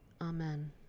Amen